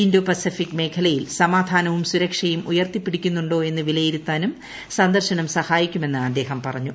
Indo Pacific മേഖലയിൽ സമാധാനവും സുരക്ഷയും ഉയർത്തിപ്പിട്ടിക്കുന്നുണ്ടോ എന്ന് വിലയിരുത്താനും സന്ദർശനം സഹായിക്കുക്മെന്ന് അദ്ദേഹം പറഞ്ഞു